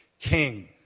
king